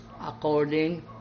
according